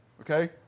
okay